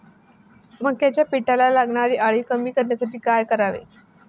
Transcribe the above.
मक्याच्या पिकाला लागणारी अळी कमी करण्यासाठी काय करावे?